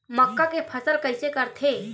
मक्का के फसल कइसे करथे?